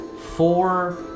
four